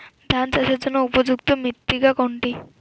ধান চাষের জন্য উপযুক্ত মৃত্তিকা কোনটি?